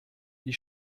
die